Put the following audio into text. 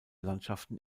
landschaften